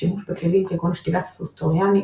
שימוש בכלים כגון שתילת סוס טרויאני,